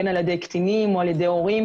בין על ידי קטינים או על ידי הורים,